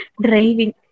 Driving